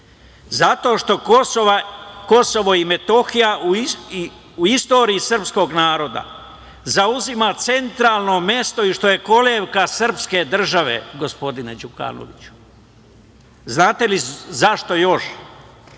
Zato što KiM u istoriji srpskog naroda zauzima centralno mesto i što je kolevka srpske države, gospodine Đukanoviću. Znate li zašto još?